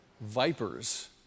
vipers